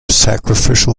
sacrificial